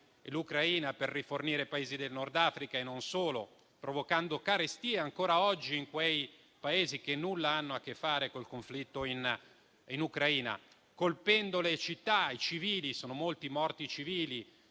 l'Ucraina per rifornire Paesi del Nord Africa e non solo, provocando carestie ancora oggi in Paesi che nulla hanno a che fare col conflitto in Ucraina e colpendo le città e i civili (sono molti i morti),